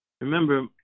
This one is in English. Remember